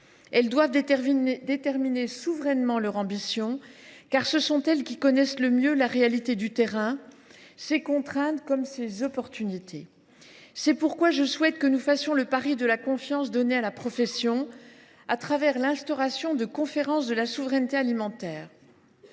Elles doivent déterminer souverainement leur ambition, car ce sont elles qui connaissent le mieux la réalité du terrain, ses contraintes comme ses opportunités. C’est pourquoi je souhaite que nous fassions le pari de la confiance donnée à la profession à travers l’instauration de conférences de la souveraineté alimentaire.